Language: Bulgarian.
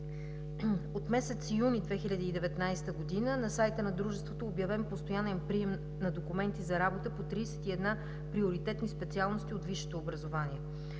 От месец юни 2019 г. на сайта на дружеството е обявен постоянен прием на документи за работа по 31 приоритетни специалности от висшето образование.